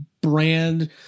brand